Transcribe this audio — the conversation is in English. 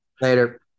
Later